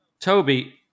Toby